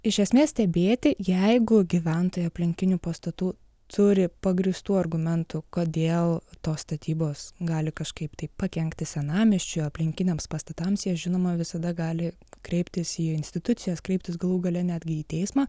iš esmės stebėti jeigu gyventojai aplinkinių pastatų turi pagrįstų argumentų kodėl tos statybos gali kažkaip tai pakenkti senamiesčiui aplinkiniams pastatams jie žinoma visada gali kreiptis į institucijas kreiptis galų gale netgi į teismą